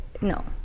no